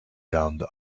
down